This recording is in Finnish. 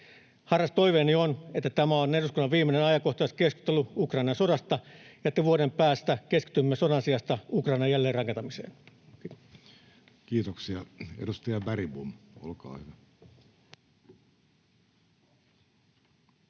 Harras toiveeni on, että tämä on eduskunnan viimeinen ajankohtaiskeskustelu Ukrainan sodasta ja että vuoden päästä keskitymme sodan sijasta Ukrainan jälleenrakentamiseen. [Speech 6] Speaker: Jussi Halla-aho